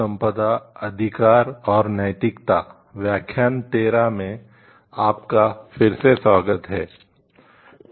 आपका फिरसे स्वागत हे